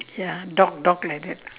ya dog dog like that